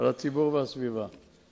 הסיכון לחיי אדם קיים בטווח של 400 מטרים,